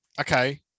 Okay